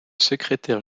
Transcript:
secrétaire